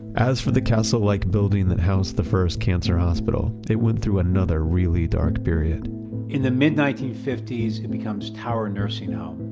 as for the castle-like building that house the first cancer hospital it went through another really dark period in the mid nineteen fifty s, it becomes tower nursing home,